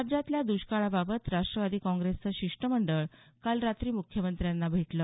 राज्यातल्या द्रष्काळाबाबत राष्ट्रवादी काँग्रेसचं शिष्टमंडळ काल रात्री मुख्यमंत्र्यांना भेटलं